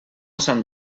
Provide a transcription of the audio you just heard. sant